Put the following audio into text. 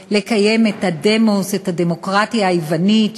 הציבור כולו יודע שלתהליך הזה ולהסכם הזה הייתה תמיכה ציבורית רחבה,